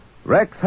Rex